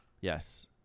Yes